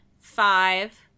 five